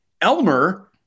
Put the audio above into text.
Elmer